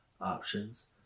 options